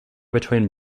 between